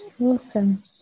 Awesome